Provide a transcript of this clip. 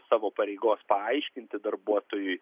savo pareigos paaiškinti darbuotojui